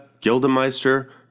Gildemeister